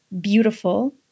beautiful